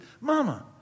Mama